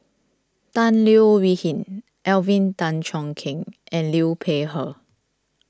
Tan Leo Wee Hin Alvin Tan Cheong Kheng and Liu Peihe